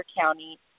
county